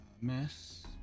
Miss